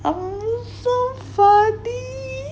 um so funny